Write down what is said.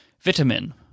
Vitamin